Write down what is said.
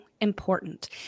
important